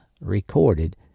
recorded